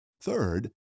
Third